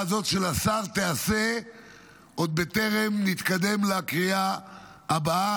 הזאת של השר תיעשה עוד בטרם נתקדם לקריאה הבאה.